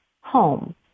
home